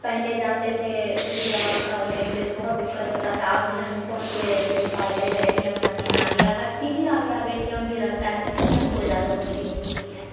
پہلے جاتے تھے روپیہ نکالنے کے لیے تو بہت دقت ہوتا تھا اب جو ہے نا فون پے سے نکالتے ہیں اے ٹی ایم مسین آ گیا ہر چیز ہی آ گیا اب ا ے ٹی ایم بھی رہتا ہے اسی لیے ہم کو زیادہ خوشی ملتی ہے